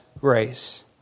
grace